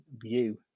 view